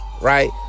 Right